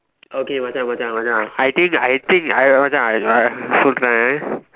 okay Macha Macha Macha I think I think I Macha I I சொல்லுறேன்:sollureen